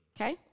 okay